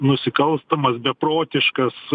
nusikalstamas beprotiškas